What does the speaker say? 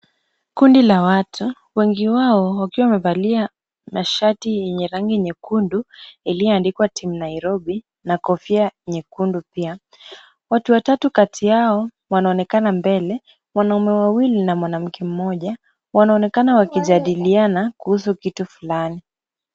Kundi la watu wengi wao wakiwa wamevalia mashati yenye rangi nyekundu, ilioandikwa team Nairobi na kofia nyekundu pia. Watu watatu kati yao wanaonekana mbele, wanaume wawili na mwanamke mmoja, wanaonekana wakijadiliana kuhusu kitu fulani.